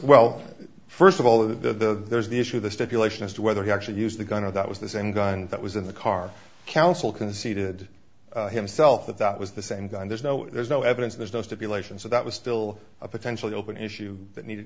well first of all the there's the issue of the stipulation as to whether he actually used the gun or that was the same gun that was in the car counsel conceded himself that that was the same gun there's no there's no evidence there's no stipulations so that was still a potentially open issue that needed